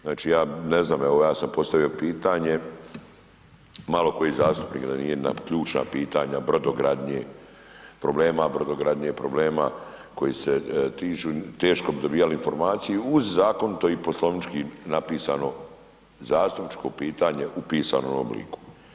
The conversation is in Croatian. Znači, ja ne znam, evo ja sam postavio pitanje, malo koji zastupnik da nije na ključna pitanja brodogradnje, problema brodogradnje i problema koji se tiču, teško bi dobijali informaciju uz zakonito i poslovnički napisano zastupničko pitanje u pisanom obliku.